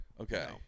okay